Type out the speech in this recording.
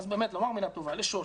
אז באמת לומר מילה טובה לשוש,